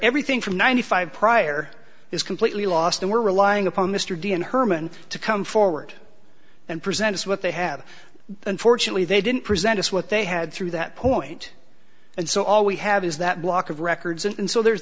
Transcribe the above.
everything from ninety five prior is completely lost and we're relying upon mr d and herman to come forward and present us what they have unfortunately they didn't present us what they had through that point and so all we have is that block of records and so there's